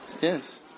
Yes